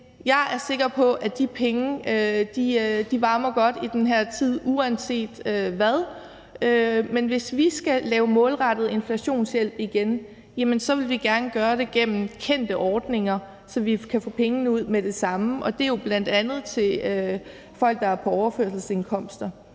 jeg er sikker på, at de penge varmer godt i den her tid uanset hvad, men hvis vi skal lave målrettet inflationshjælp igen, vil vi gerne gøre det igennem kendte ordninger, så vi kan få pengene ud med det samme, og det er jo bl.a. til folk, der er på overførselsindkomster.